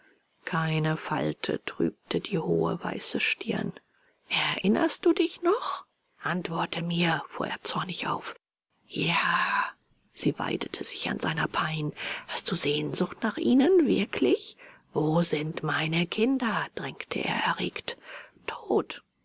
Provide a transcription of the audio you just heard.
keine falte trübte die hohe weiße stirn erinnerst du dich noch antworte mir fuhr er zornig auf ja sie weidete sich an seiner pein hast du sehnsucht nach ihnen wirklich wo sind meine kinder drängte er erregt tot